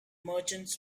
merchants